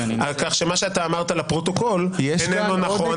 מה שאמרת לפרוטוקול איננו נכון.